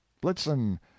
blitzen